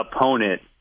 opponent